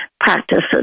practices